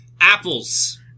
Apples